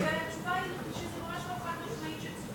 והתשובה היא שזה ממש לא חד-משמעי שזאת